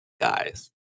guys